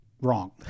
Wrong